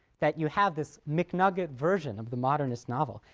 that you have this mcnugget version of the modernist novel?